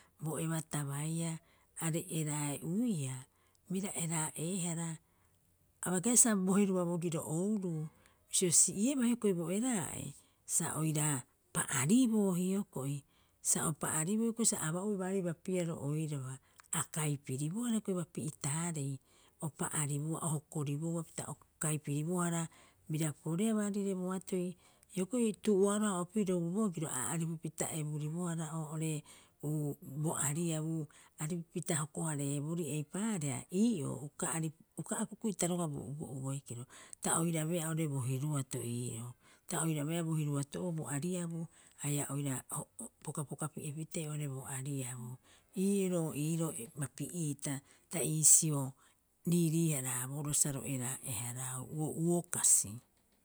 Bo eba ta baia are eraa'e'uiaa bira eraa'eehara. A bai kasibaa sa bo heruba bogiro ouruu bisio si'ieaa hioko'i bo eraa'e sa oira pa'ariboo hioko'i. Sa o pa'ariboo hioko'i sa aba'ue baari bapiaroo boiraba. a kaipiribohara hioko'i bapi'itaarei o pa'aribouba ohokoribouba pita o kaipiribohara bira poreea baarire boatoi. Hioko'i tu'uoaroha opirobu bo giro a aripupita eburibohara oo'ore bo ariabu aripupita hoko- hareeborii eipaareha ii'oo uka aripu uka a kuku'ita roga'a bo uo'uo boikiro, ta oirabeea oo'ore bo hiruato ii'oo. Ta oirabeea bo hiruato'oo bo aribuu haia oira pokapokapi'epitee oo'ore bo ariabuu. Iiroo- iiroo bapi'iita ta iisio riirii- haraaboroo sa ro eraa'eharaau uo'uo kasi